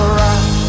rock